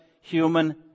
human